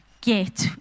get